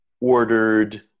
ordered